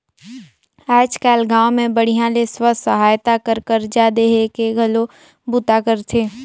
आयज कायल गांव मे बड़िहा ले स्व सहायता हर करजा देहे के घलो बूता करथे